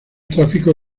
tráfico